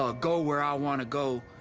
ah go where i wanna go,